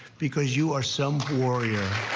because you are some warrior.